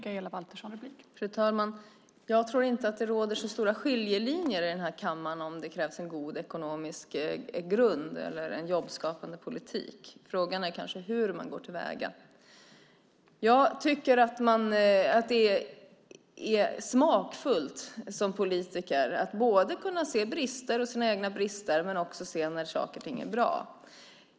Fru talman! Jag tror inte att det råder så stora åsiktsskillnader i kammaren om att det krävs en god ekonomisk grund och jobbskapande politik. Frågan är väl bara hur man går till väga. Jag tycker att det är smakfullt att som politiker både kunna se sina egna brister och också se när saker och ting är bra.